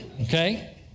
Okay